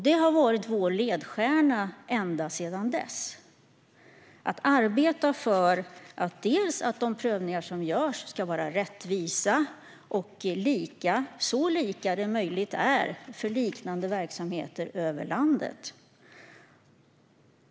Det har varit vår ledstjärna att de prövningar som görs ska vara rättvisa och lika, så lika som möjligt är, för liknande verksamheter över landet.